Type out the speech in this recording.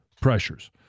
pressures